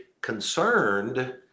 concerned